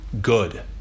good